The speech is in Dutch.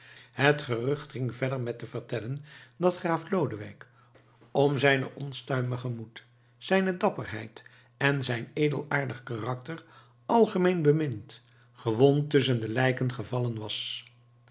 het gerucht ging verder met te vertellen dat graaf lodewijk om zijnen onstuimigen moed zijne dapperheid en zijn edelaardig karakter algemeen bemind gewond tusschen de lijken gevallen was